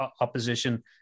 opposition